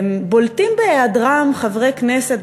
בולטים בהיעדרם חברי כנסת,